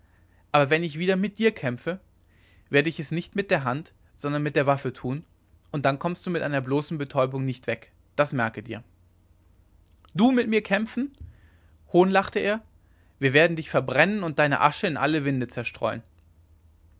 aber wenn ich wieder mit dir kämpfe werde ich es nicht mit der hand sondern mit der waffe tun und dann kommst du nicht mit einer bloßen betäubung weg das merke dir du mit mir kämpfen hohnlachte er wir werden dich verbrennen und deine asche in alle winde zerstreuen